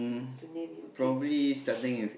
to name your kids